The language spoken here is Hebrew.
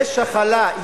יש החלה,